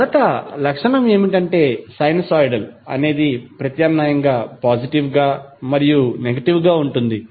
మొదట లక్షణం ఏమిటంటే సైనూసోయిడల్ అనేది ప్రత్యామ్నాయంగా పాజిటివ్ గా మరియు నెగెటివ్ గా ఉంటుంది